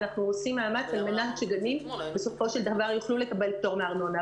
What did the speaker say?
אנחנו עושים מאמץ שגנים בסופו של דבר יוכל ולקבל פטור מארנונה.